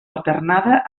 alternada